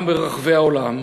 גם ברחבי העולם,